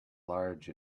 large